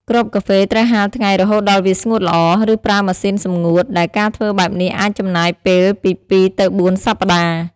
គ្រាប់កាហ្វេត្រូវហាលថ្ងៃរហូតដល់វាស្ងួតល្អ ឬប្រើម៉ាស៊ីនសម្ងួត ដែលការធ្វើបែបនេះអាចចំណាយពេលពី ២ ទៅ ៤ សប្ដាហ៍។